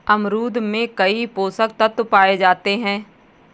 अमरूद में कई पोषक तत्व पाए जाते हैं